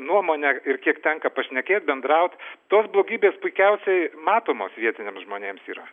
nuomone ir kiek tenka pašnekėt bendraut tos blogybės puikiausiai matomos vietiniams žmonėms yra